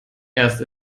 erst